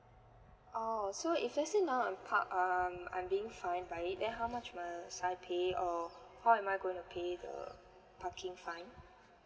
oh if let's say now I'm parked um I'm being fined by it then how much must I pay or how am I going to pay the parking fine